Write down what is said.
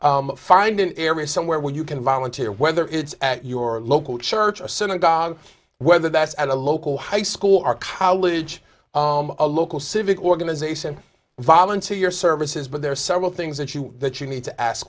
find an area somewhere where you can volunteer whether it's at your local church or synagogue whether that's at a local high school or college a local civic organization volunteer your services but there are several things that you that you need to ask